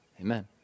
Amen